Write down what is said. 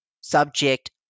subject